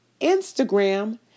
Instagram